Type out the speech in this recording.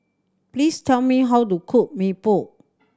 please tell me how to cook Mee Pok